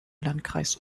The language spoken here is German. landkreis